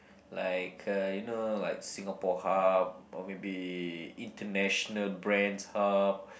like a you know like Singapore hub or maybe international brand's hub